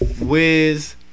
Wiz